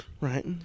Right